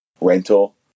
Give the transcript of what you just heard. rental